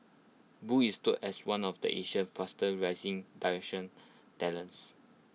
boo is touted as one of the Asia fastest rising directorial talents